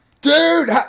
Dude